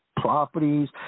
properties